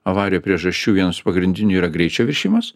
avarijų priežasčių vienas iš pagrindinių yra greičio viršijimas